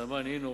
סלמאן הנו,